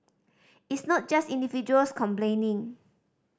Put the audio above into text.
it's not just individuals complaining